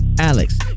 Alex